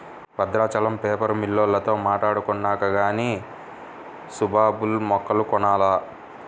Bhadrachalam paper మిల్లోల్లతో మాట్టాడుకొన్నాక గానీ సుబాబుల్ మొక్కలు కొనాల